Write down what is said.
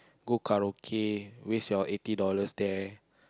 go karaoke waste your eighty dollars there